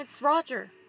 Roger